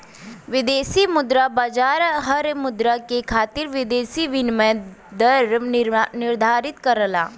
विदेशी मुद्रा बाजार हर मुद्रा के खातिर विदेशी विनिमय दर निर्धारित करला